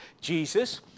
Jesus